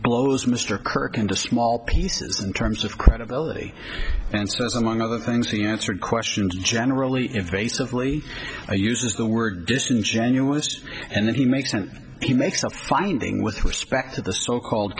blows mr kirk into small pieces in terms of credibility and says among other things he answered questions generally invasively uses the word disingenuous and that he makes and he makes finding with respect to the so called